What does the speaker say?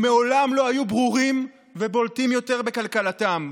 הם מעולם לא היו ברורים ובולטים יותר בקלקלתם,